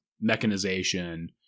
mechanization